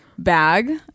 bag